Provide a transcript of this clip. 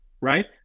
right